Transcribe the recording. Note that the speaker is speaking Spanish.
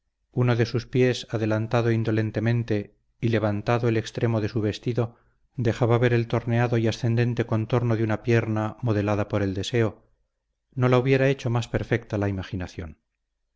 uno de sus pies adelantado indolentemente y levantando el extremo de su vestido dejaba ver el torneado y ascendente contorno de una pierna modelada por el deseo no la hubiera hecho más perfecta la imaginación